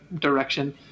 direction